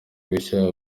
gushya